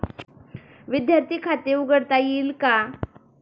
विद्यार्थी खाते उघडता येईल का?